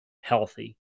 healthy